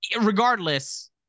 regardless